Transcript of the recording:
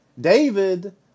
David